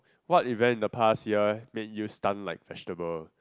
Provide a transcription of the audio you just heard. what event in the past year make you stun like vegetable